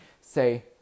say